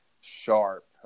sharp